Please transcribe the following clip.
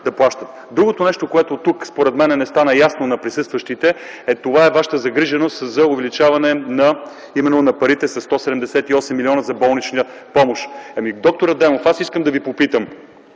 да плащат. Другото нещо, което тук според мен не стана ясно на присъстващите, това е Вашата загриженост за увеличаване на парите със 178 млн. лв. за болнична помощ. Доктор Адемов, знаете много